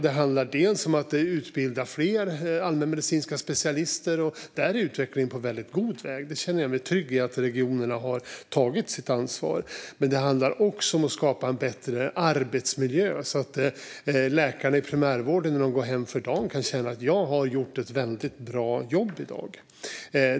Det handlar om att utbilda fler allmänmedicinska specialister. Där är utvecklingen på mycket god väg, och jag känner mig trygg i att regionerna har tagit sitt ansvar. Men det handlar också om att skapa en bättre arbetsmiljö, så att läkarna i primärvården när de går hem för dagen kan känna att de har gjort ett väldigt bra jobb.